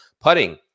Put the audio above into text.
putting